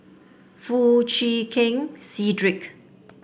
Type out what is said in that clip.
Foo Chee Keng Cedric